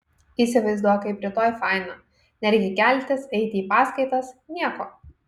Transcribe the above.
įsivaizduok kaip rytoj faina nereikia keltis eiti į paskaitas nieko